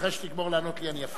אחרי שתגמור לענות לי, אני אפריע.